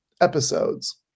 episodes